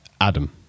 Adam